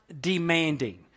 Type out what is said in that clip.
demanding